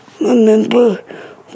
remember